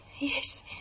Yes